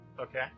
Okay